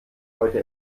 heute